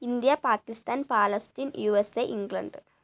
India Pakistan Palestine USA England